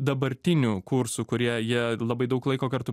dabartinių kursų kurie jie labai daug laiko kartu